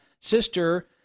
sister